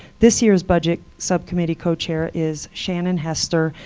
this year's budget subcommittee co-chair is shannon hester,